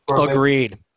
Agreed